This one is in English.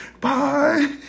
bye